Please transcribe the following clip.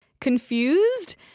confused